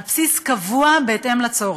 על בסיס קבוע, בהתאם לצורך.